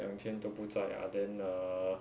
两天都不在 ah then err